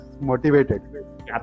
motivated